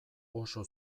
oso